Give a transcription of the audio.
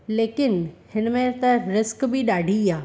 लेकिन हिनमें त रिस्क बि ॾाढी आहे